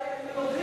אולי היינו יודעים.